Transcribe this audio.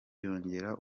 yongera